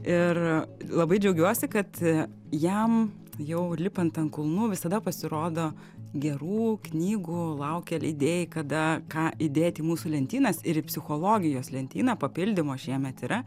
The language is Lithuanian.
ir labai džiaugiuosi kad jam jau lipant ant kulnų visada pasirodo gerų knygų laukia leidėjai kada ką įdėti į mūsų lentynas ir į psichologijos lentyną papildymo šiemet yra